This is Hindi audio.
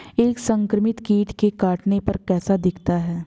एक संक्रमित कीट के काटने पर कैसा दिखता है?